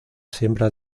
siembra